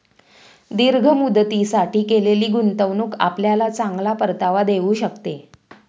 दीर्घ मुदतीसाठी केलेली गुंतवणूक आपल्याला चांगला परतावा देऊ शकते